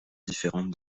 différente